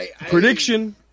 Prediction